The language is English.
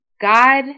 God